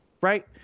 Right